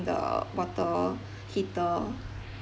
the water heater